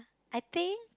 I think